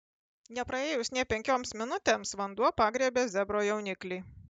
nepraėjus nė penkioms minutėms vanduo pagriebė zebro jauniklį